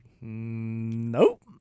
nope